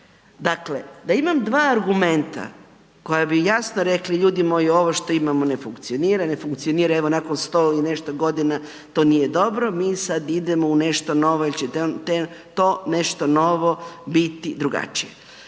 Dakle da imam dva argumenta koja bi jasno rekli ljudi moji ovo što imamo ne funkcionira, ne funkcionira nakon sto i nešto godina to nije dobro, mi sada idemo u nešto novo, ali će to nešto novo biti drugačije.